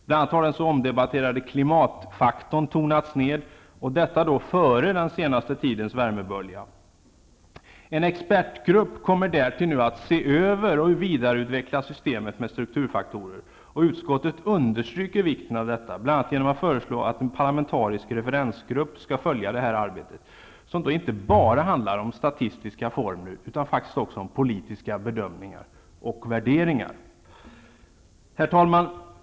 Bl.a. har den så omdebatterade klimatfaktorn tonats ner -- och detta före den senaste tidens värmebölja. En expertgrupp kommer därtill nu att se över och vidareutveckla systemet med strukturfaktorer. Utskottet understryker vikten av detta, bl.a. genom att föreslå att en parlamentarisk referensgrupp skall följa arbetet, som inte bara handlar om statistiska formler utan också om politiska bedömningar och värderingar. Herr talman!